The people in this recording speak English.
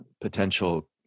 potential